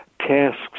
tasks